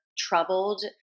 troubled